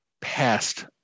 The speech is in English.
past